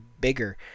bigger